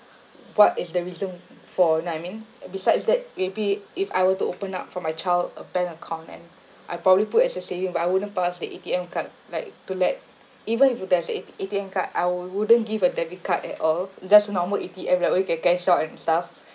what if the reason for you know what I mean besides that maybe if I were to open up for my child a bank account and I'd probably put as a saving but I wouldn't pass the A_T_M card like to let even if there's A A_T_M card I'll wouldn't give the debit card at all just normal A_T_M like one you can cash out and stuff